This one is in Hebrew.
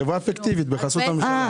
חברה פיקטיבית בחסות הממשלה.